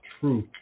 truth